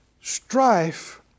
Strife